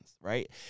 Right